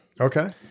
Okay